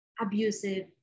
abusive